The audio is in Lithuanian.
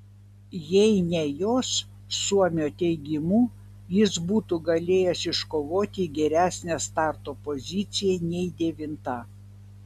jei ne jos suomio teigimu jis būtų galėjęs iškovoti geresnę starto poziciją nei devinta